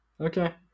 Okay